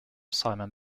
simon